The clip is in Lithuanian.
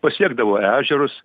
pasiekdavo ežerus